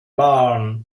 barn